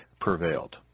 prevailed